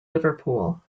liverpool